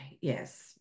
yes